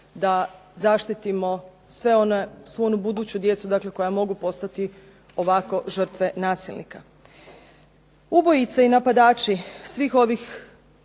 da zaštitimo sve one, svu onu buduću djecu koja mogu postati ovako žrtve nasilnika. Ubojice i napadači svih ovih